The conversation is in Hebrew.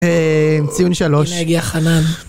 - אהה, ציון שלוש. - הנה הגיע חנן.